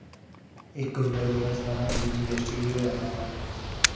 इक जुलाई दो ज्हार सतारां जदूं जी ऐस्स टी होआ हा